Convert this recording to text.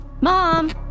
Mom